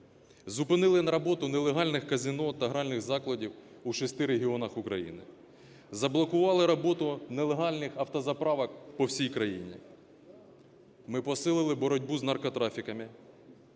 зупинили роботу нелегальних казино та гральних закладів у шести регіонах України, заблокували роботу нелегальних автозаправок по всій країні. Ми посилили боротьбу з наркотрафіками.